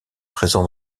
présent